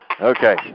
Okay